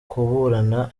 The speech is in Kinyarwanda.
kuburana